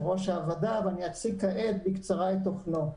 ראש הוועדה ואני אציג כעת בקצרה את המסמך.